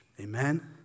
Amen